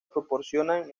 proporcionan